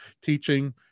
teaching